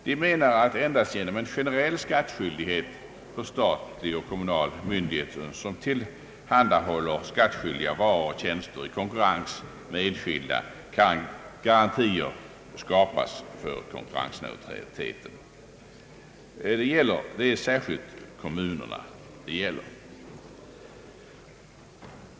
De anser att endast genom en generell skattskyldighet för statlig och kommunal myndighet, som tillhandahåller skattskyldiga varor och tjänster i konkurrens med enskilda, kan garantier skapas för konkurrensneutraliteten. Det är särskilt kommunerna det gäller.